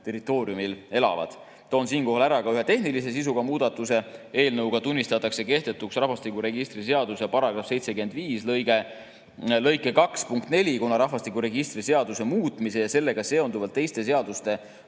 territooriumil elavad. Toon siinkohal ära ka ühe tehnilise sisuga muudatuse. Eelnõuga tunnistatakse kehtetuks rahvastikuregistri seaduse § 75 lõike 2 punkt 4, kuna rahvastikuregistri seaduse muutmise ja sellega seonduvalt teiste seaduste